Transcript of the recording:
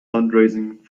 fundraising